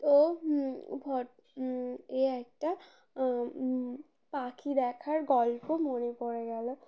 তো এ একটা পাখি দেখার গল্প মনে পড়ে গেলো